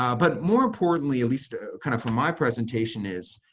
um but more importantly, at least ah kind of from my presentation is,